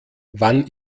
wann